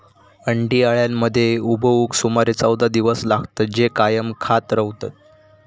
अंडी अळ्यांमध्ये उबवूक सुमारे चौदा दिवस लागतत, जे कायम खात रवतत